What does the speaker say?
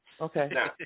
Okay